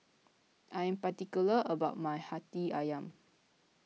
I am particular about my Hati Ayam